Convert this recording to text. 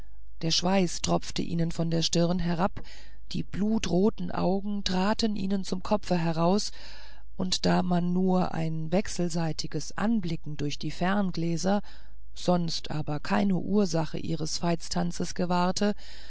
der schweiß tropfte ihnen von der stirne herab die blutroten augen traten ihnen zum kopfe heraus und da man nur ihr wechselseitiges anblicken durch die ferngläser sonst aber keine ursache ihres veitstanzes gewahrte